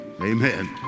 amen